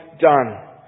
done